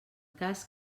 cas